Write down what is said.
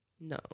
No